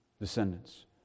descendants